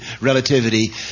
relativity